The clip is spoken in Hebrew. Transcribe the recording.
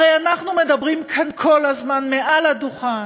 הרי אנחנו מדברים כאן כל הזמן מעל הדוכן,